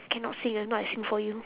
I cannot sing ah if not I sing for you